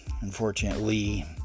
Unfortunately